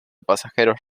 pasajeros